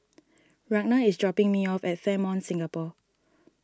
Ragna is dropping me off at Fairmont Singapore